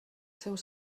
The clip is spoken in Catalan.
seus